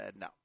No